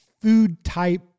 food-type